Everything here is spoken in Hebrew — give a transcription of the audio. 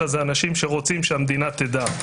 אלא זה אנשים שרוצים שהמדינה תדע.